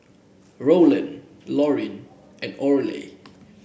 Rowland Lorin and Orley